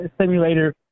simulator